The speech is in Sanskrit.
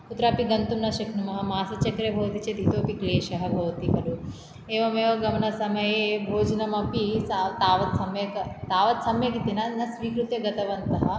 कुत्रापि गन्तुं न शक्नुमः मासचक्रे भवति चेत् इतोऽपि क्लेशः भवति खलु एवमेव गमनसमये भोजनमपि तावत् सम्यक् तावत् सम्यक् इति न न स्वीकृत्य गतवन्तः